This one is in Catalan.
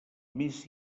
més